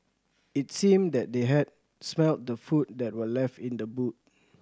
it seemed that they had smelt the food that were left in the boot